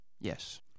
yes